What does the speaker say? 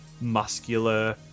muscular